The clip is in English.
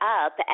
up